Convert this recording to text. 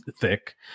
thick